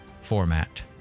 format